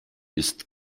ist